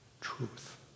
truth